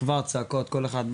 אז כבר צעקות כל אחד.